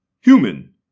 Human